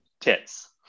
tits